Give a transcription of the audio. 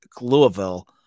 Louisville